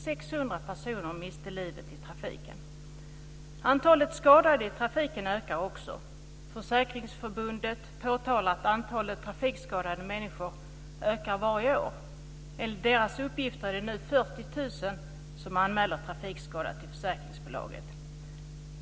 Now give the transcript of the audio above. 600 personer miste livet i trafiken. Antalet skadade i trafiken ökar också. Försäkringsförbundet påtalar att antalet trafikskadade människor ökar varje år. Enligt deras uppgifter är det nu 40 000 som anmäler trafikskada till försäkringsbolagen.